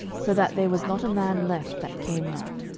so that there was not a man left that came not.